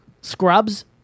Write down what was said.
Scrubs